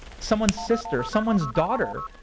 someone's sister, someone's daughter,